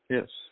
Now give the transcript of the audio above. Yes